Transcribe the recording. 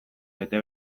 bete